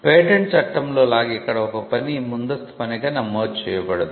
patent చట్టంలో లాగా ఇక్కడ ఒక పని ముందస్తు పనిగా నమోదు చేయబడదు